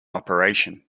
operation